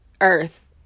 earth